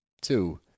two